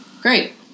Great